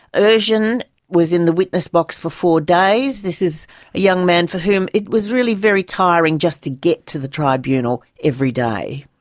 ercan was in the witness box for four days. this is a young man for whom it was really very tiring just to get to the tribunal every day.